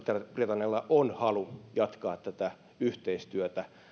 britannialla on halu jatkaa tätä yhteistyötä